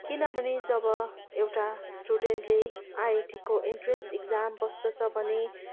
किनभने जब एउटा स्टुडेन्टले आइआइटीको इन्ट्रेन्स इक्जाम बस्दछ भने